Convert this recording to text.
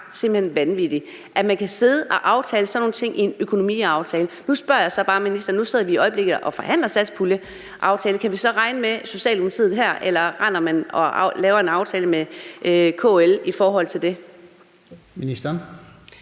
simpelt hen bare vanvittigt, at man kan sidde og aftale sådan nogle ting i en økonomiaftale. Nu sidder vi i øjeblikket og forhandler satspuljeaftalen, og så vil jeg bare spørge ministeren: Kan vi så regne med Socialdemokratiet her, eller render man og laver en aftale med KL i forhold til det? Kl.